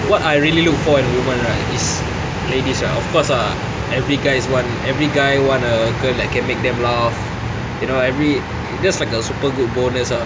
what I really look for in women right is ladies of course ah every guy want every guy want a girl that can make them laugh you know every it's just a super good bonus ah